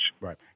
Right